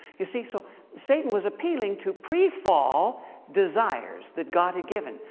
you see, so satan was appealing to pre-fall desires that god had given.